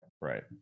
Right